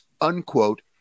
unquote